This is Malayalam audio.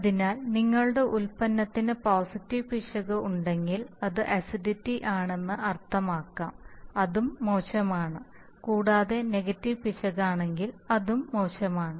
അതിനാൽ നിങ്ങളുടെ ഉൽപ്പന്നത്തിന് പോസിറ്റീവ് പിശക് ഉണ്ടെങ്കിൽ അത് അസിഡിറ്റി ആണെന്ന് അർത്ഥമാക്കാം അതും മോശമാണ് കൂടാതെ നെഗറ്റീവ് പിശകാണെങ്കിൽ അത് മോശവുമാണ്